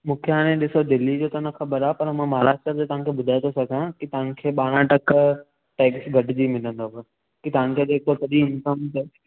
मूंखे हाणे ॾिसो दिल्ली जो त न ख़बर आहे पर मां महाराष्ट्र जा तव्हांखे ॿुधाए थो सघां की तव्हांखे ॿारहं टका टैक्स घटिजी मिलंदव की तव्हांखे जेको सॼी इंकम टैक्स